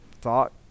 thought